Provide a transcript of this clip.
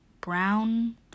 brown